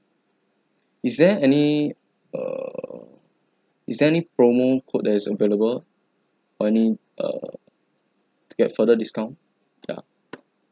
is there any err is there any promo code that is available or any err to get further discount ya